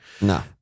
No